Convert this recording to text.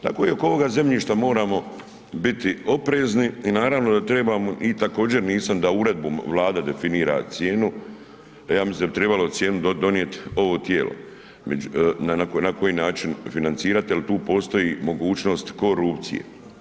Tako i oko ovoga zemljišta moramo biti oprezni i naravno da trebamo i također nisam da uredbom Vlada definira cijenu, a ja mislim da bi cijenu trebalo donijeti ovo tijelo na koji način financirati jer tu postoji mogućnost korupcije.